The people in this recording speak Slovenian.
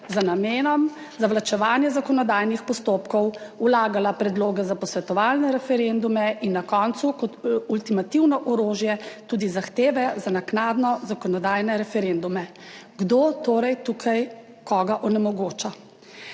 z namenom zavlačevanja zakonodajnih postopkov, vlagala predloge za posvetovalne referendume in na koncu kot ultimativno orožje tudi zahteve za naknadno zakonodajne referendume. Kdo torej tukaj koga onemogoča?